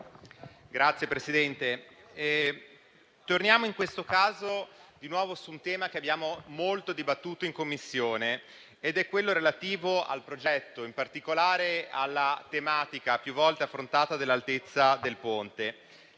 Signor Presidente, torniamo in questo caso di nuovo su un tema che abbiamo molto dibattuto in Commissione: quello relativo al progetto, in particolare alla tematica, più volte affrontata, dell'altezza del Ponte.